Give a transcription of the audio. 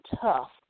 tough